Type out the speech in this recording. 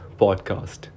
Podcast